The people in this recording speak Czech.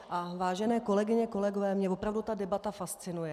A vážené kolegyně, kolegové, mě opravdu ta debata fascinuje.